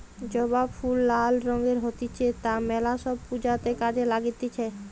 জবা ফুল লাল রঙের হতিছে তা মেলা সব পূজাতে কাজে লাগতিছে